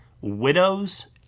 Widows